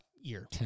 year